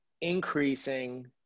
increasing –